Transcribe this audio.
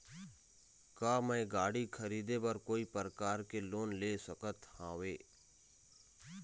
का मैं गाड़ी खरीदे बर कोई प्रकार के लोन ले सकत हावे?